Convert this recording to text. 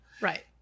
Right